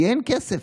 כי אין כסף.